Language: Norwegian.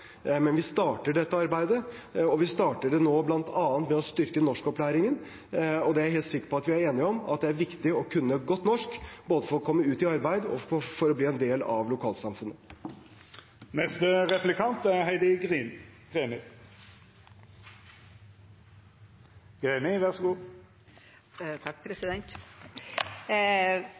men vi starter dette arbeidet nå, bl.a. ved å styrke norskopplæringen. Og jeg er helt sikker på at vi er enige om at det er viktig å kunne godt norsk, både for å komme ut i arbeid og for å bli en del av lokalsamfunnet.